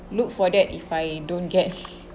look for that if I don't get